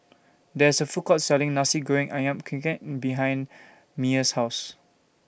There IS A Food Court Selling Nasi Goreng Ayam Kunyit behind Meyer's House